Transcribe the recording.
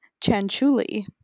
Chanchuli